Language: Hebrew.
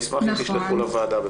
אני אשמח אם תעבירו לוועדה.